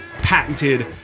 patented